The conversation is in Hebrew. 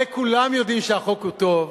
הרי כולם יודעים שהחוק הוא טוב,